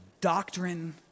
doctrine